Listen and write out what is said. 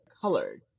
colored